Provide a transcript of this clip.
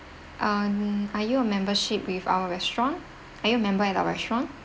um are you a membership with our restaurant are you a member at our restaurant